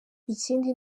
ikindi